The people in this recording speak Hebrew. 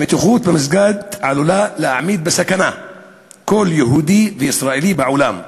המתיחות במסגד עלולה להעמיד בסכנה כל יהודי וישראלי בעולם.